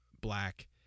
Black